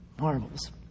Marvels